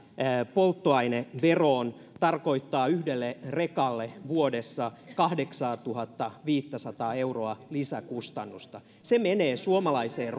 polttoaineveroon tarkoittaa yhdelle rekalle vuodessa kahdeksaatuhattaviittäsataa euroa lisäkustannusta se menee suomalaiseen